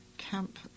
Camp